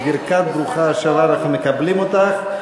בברכת "ברוכה השבה" אנחנו מקבלים אותך,